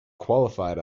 qualified